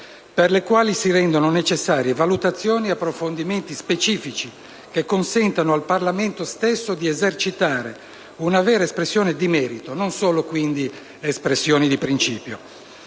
per le quali si rendono necessarie valutazioni e approfondimenti specifici che consentano al Parlamento stesso di esercitare una vera espressione di merito, non solo quindi dichiarazioni di principio.